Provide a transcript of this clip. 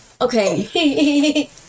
Okay